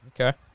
Okay